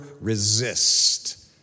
resist